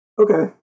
Okay